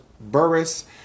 Burris